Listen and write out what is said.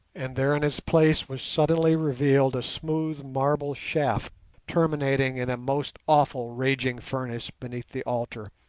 and there in its place was suddenly revealed a smooth marble shaft terminating in a most awful raging furnace beneath the altar,